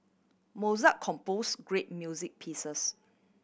Mozart compose great music pieces